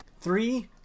Three